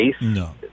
No